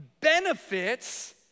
benefits